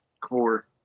core